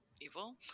evil